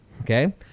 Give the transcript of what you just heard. Okay